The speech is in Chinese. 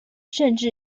甚至